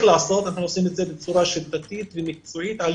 לעשות אנחנו עושים את זה בצורה שיטתית ומקצועית על